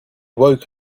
woke